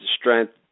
strength